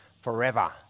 forever